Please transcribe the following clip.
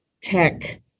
tech